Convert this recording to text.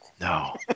No